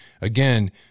again